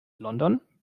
london